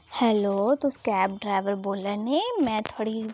hello तुस cab driver बोल्ला ने मैं थुआढ़ी